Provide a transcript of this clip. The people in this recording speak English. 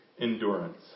endurance